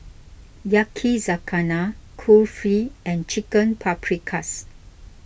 Yakizakana Kulfi and Chicken Paprikas